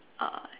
I